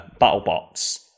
BattleBots